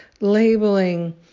labeling